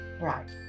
Right